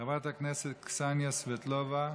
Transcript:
חברת הכנסת קסניה סבטלובה,